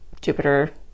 Jupiter